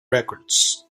records